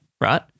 right